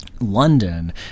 London